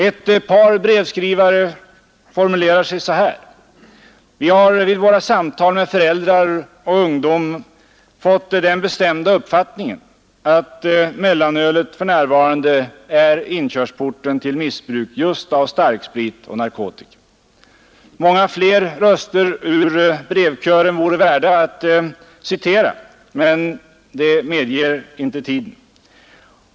Ett par brevskrivare formulerar sig så här: ”Vi har vid våra samtal med föräldrar och ungdomar fått den bestämda uppfattningen att mellanölet för närvarande är inkörsporten till missbruk just av starksprit och narkotika.” Många fler röster ur brevkören vore värda att citera, men det medger inte tiden.